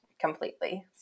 completely